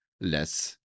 less